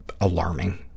alarming